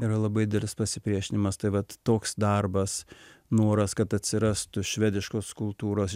yra labai didelis pasipriešinimas tai vat toks darbas noras kad atsirastų švediškos kultūros